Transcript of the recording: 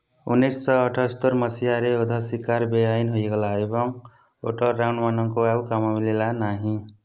ଉଣେଇଶଶହ ଅଠସ୍ତରୀ ମସିହାରେ ଓଧ ଶିକାର ବେଆଇନ ହୋଇଗଲା ଏବଂ ଓଟରହାଉଣ୍ଡମାନଙ୍କୁ ଆଉ କାମ ମିଳିଲା ନାହିଁ